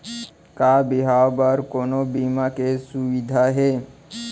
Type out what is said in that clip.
का बिहाव बर कोनो बीमा के सुविधा हे?